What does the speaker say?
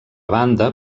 banda